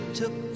took